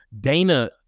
Dana